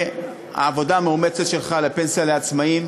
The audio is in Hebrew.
והעבודה המאומצת שלך על פנסיה לעצמאים,